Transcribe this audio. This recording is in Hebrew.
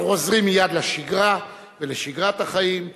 אנחנו חוזרים מייד לשגרה, לשגרת החיים.